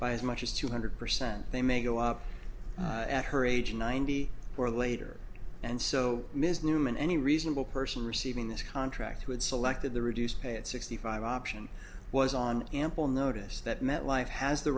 by as much as two hundred percent they may go up at her age ninety or later and so ms newman any reasonable person receiving this contract would selected the reduced pay at sixty five option was on ample notice that metlife has the